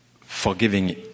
forgiving